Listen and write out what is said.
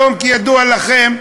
היום, כידוע לכם,